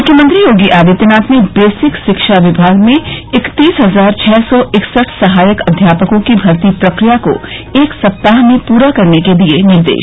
मुख्यमंत्री योगी आदित्यनाथ ने बेसिक शिक्षा विभाग में इकतीस हजार छह सौ इकसठ सहायक अध्यापकों की भर्ती प्रक्रिया को एक सप्ताह में पूरा करने के दिये निर्देश